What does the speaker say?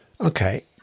okay